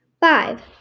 Five